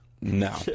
No